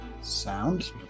Sound